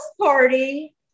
party